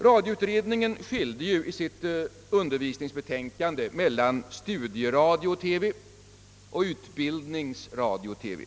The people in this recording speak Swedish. Radioutredningen skilde i sitt betänkande mellan studieradio-TV och utbildningsradio-TV.